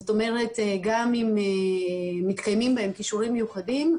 זאת אומרת גם אם מתקיימים בהם כישורים מיוחדים,